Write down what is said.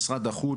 מבחינת משרד החוץ,